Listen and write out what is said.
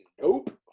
Nope